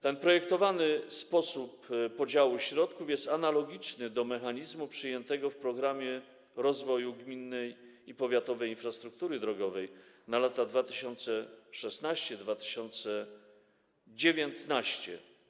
Ten projektowany sposób podziału środków jest analogiczny do mechanizmu przyjętego w „Programie rozwoju gminnej i powiatowej infrastruktury drogowej na lata 2016-2019”